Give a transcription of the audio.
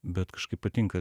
bet kažkaip patinka